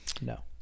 No